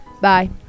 Bye